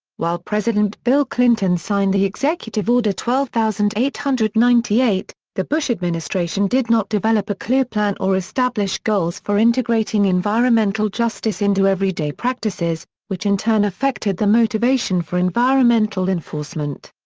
while president bill clinton signed the executive order twelve thousand eight hundred and ninety eight, the bush administration did not develop a clear plan or establish goals for integrating environmental justice into everyday practices, which in turn affected the motivation for environmental enforcement.